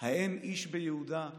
/ האין איש ביהודה,